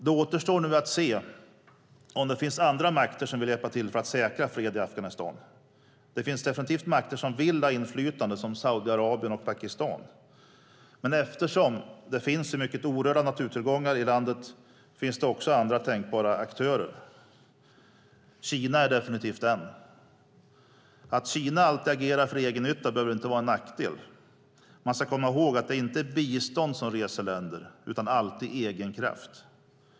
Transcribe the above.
Det återstår nu att se om det finns andra makter som vill hjälpa till att säkra fred i Afghanistan. Det finns definitivt makter som vill ha inflytande, som Saudiarabien och Pakistan, men eftersom det finns så mycket orörda naturtillgångar i landet finns det också andra tänkbara aktörer. Kina är definitivt en. Att Kina alltid agerar för egennytta behöver inte vara en nackdel. Man ska komma ihåg att det inte är bistånd som reser länder utan alltid egenkraft.